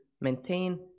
maintain